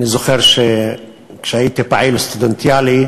אני זוכר שכשהייתי פעיל סטודנטיאלי,